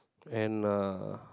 and uh